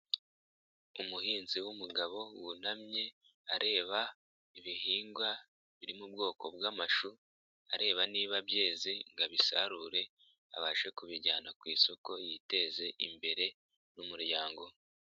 Umuhinzi w'umugabo wunamye areba ibihingwa biri mu bwoko bw'amashu, areba niba byeze ngo abisarure abashe kubijyana ku isoko yiteze imbere n'umuryango.